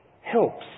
helps